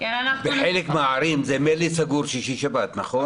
בחלק מהערים זה ממילא סגור בשישבת, נכון?